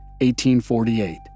1848